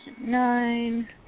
nine